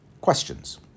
questions